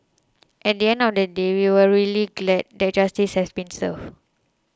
at the end of the day we are really glad that justice has been served